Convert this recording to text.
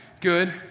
good